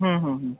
হুম হুম হুম